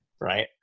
Right